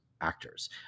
actors